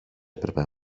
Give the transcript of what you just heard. έπρεπε